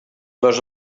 dos